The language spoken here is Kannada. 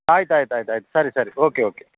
ಆಯ್ತು ಆಯ್ತು ಆಯ್ತು ಆಯ್ತು ಸರಿ ಸರಿ ಓಕೆ ಓಕೆ